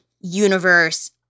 universe